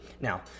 Now